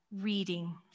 reading